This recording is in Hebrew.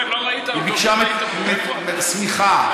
היא ביקשה שמיכה,